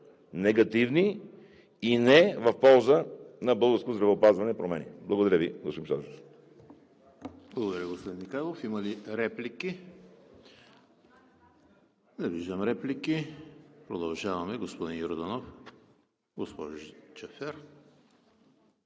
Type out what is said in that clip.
негативни и не в полза на българското здравеопазване промени. Благодаря Ви, господин